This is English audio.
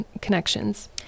connections